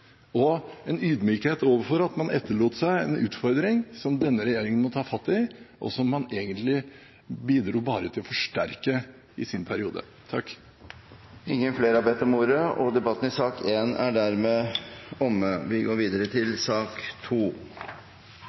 og en ydmykhet overfor at man etterlot seg en utfordring som denne regjeringen må ta fatt i, og som man egentlig bare bidro til å forsterke i sin periode. Flere har ikke bedt om ordet til sak nr. 1. Etter ønske fra helse- og omsorgskomiteen vil presidenten foreslå at taletiden blir begrenset til 5 minutter til